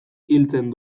hiltzen